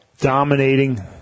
dominating